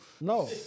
No